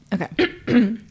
okay